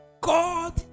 God